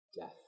death